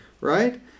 right